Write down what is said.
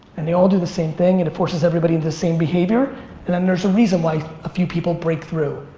and they all do the same thing and it forces everybody into the same behavior and then there's a reason why a few people break through,